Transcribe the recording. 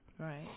Right